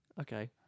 Okay